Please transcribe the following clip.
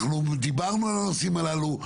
אנחנו דיברנו על הנושאים הללו.